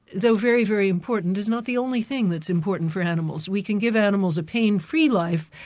though very, very important, is not the only thing that's important for animals. we can give animals a pain free life,